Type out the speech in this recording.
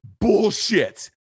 bullshit